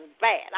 bad